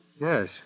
Yes